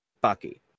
Bucky